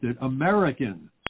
American